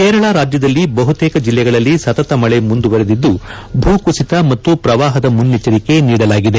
ಕೇರಳ ರಾಜ್ಯದಲ್ಲಿ ಬಹುತೇಕ ಜಿಲ್ಲೆಗಳಲ್ಲಿ ಸತತ ಮಳೆ ಮುಂದುವರೆದಿದ್ದು ಭೂ ಕುಸಿತ ಮತ್ತು ಪ್ರವಾಹದ ಮುನ್ನೆಚ್ಚರಿಕೆ ನೀಡಲಾಗಿದೆ